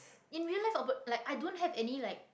in real life oh but like I don't have any like